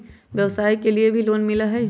व्यवसाय के लेल भी लोन मिलहई?